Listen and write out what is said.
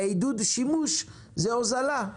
כשעידוד השימוש זה הוזלה.